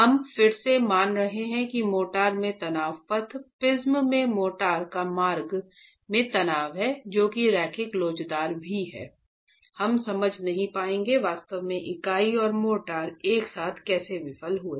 हम फिर से मान रहे हैं कि मोर्टार में तनाव पथ प्रिज्म में मोर्टार का मार्ग में तनाव है जो कि रैखिक लोचदार भी है हम समझा नहीं पाएंगे वास्तव में इकाई और मोर्टार एक साथ कैसे विफल हुए